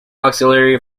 auxiliary